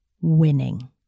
Winning